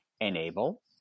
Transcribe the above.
enable